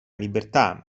libertà